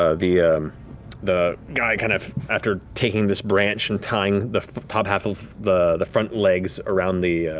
ah the the guy, kind of after taking this branch and tying the top half of the the front legs around the